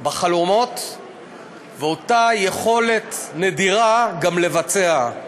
בחלומות ואותה יכולת נדירה גם לבצע.